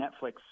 Netflix